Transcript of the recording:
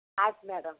ಆಯ್ತು ಮೇಡಮ್